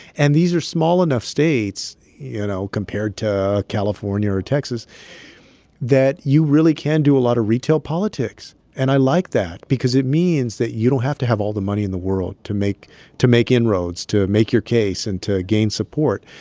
and these are small enough states you know, compared to california or texas that you really can do a lot of retail politics. and i like that because it means that you don't have to have all the money in the world to make to make inroads, to make your case and to gain support.